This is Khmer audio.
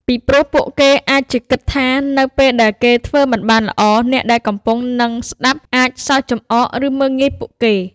ពីព្រោះពួកគេអាចជាគិតថា នៅពេលដែលគេធ្វើមិនបានល្អអ្នកដែលកំពុងនឹងស្តាប់អាចសើចចំអក ឬមើលងាយពួកគេ។